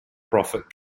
profit